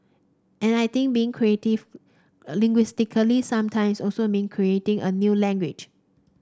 and I think being creative linguistically sometimes also mean creating a new language